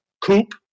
coupe